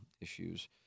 issues